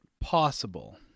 possible